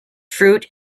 fruit